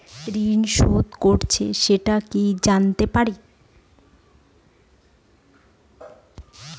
ঋণ শোধ করেছে সেটা কি জানতে পারি?